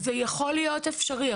זה יכול להיות אפשרי.